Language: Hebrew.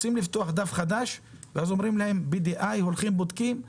רוצים לפתוח דף חדש ואז אומרים להם: BDI הולכים ובודקים.